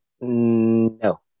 No